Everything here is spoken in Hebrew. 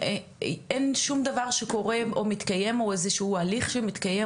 אין שום דבר שקורה או מתקיים או איזה שהוא הליך שמתקיים